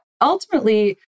ultimately